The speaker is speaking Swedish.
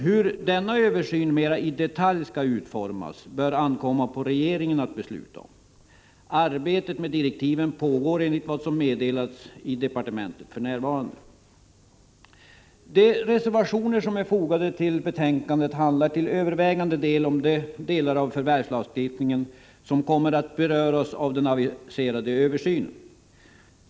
Hur denna översyn mera i detalj skall utformas bör ankomma på regeringen att besluta om. Arbetet med direktiven pågår för närvarande, enligt vad som meddelats i departementet. De reservationer som är fogade till betänkandet handlar till övervägande del om de avsnitt av förvärvslagstiftningen som kommer att beröras av den aviserade översynen.